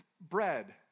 bread